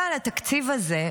אבל התקציב הזה,